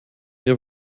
ihr